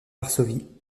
varsovie